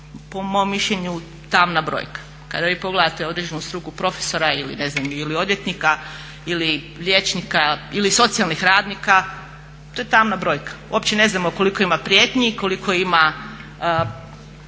po mom mišljenju tamna brojka. Kada vi pogledate određenu struku profesora ili ne znam odvjetnika ili liječnika ili socijalnih radnika, to je tamna brojka. Uopće ne znamo koliko ima prijetnji, koliko ima